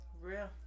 real